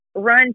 run